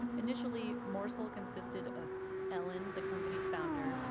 initially, morsel consisted of ellen, the company's founder,